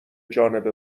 جانب